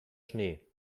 schnee